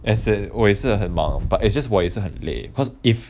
as an 我也是很忙 but it's just 我也是很累 cause if